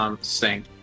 Sing